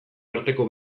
arteko